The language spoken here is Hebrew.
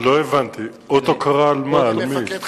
לא הבנתי, אות הוקרה על מה למי?